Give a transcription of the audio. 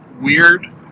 Weird